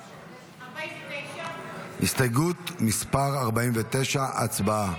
49. הסתייגות 49, הצבעה.